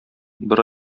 бер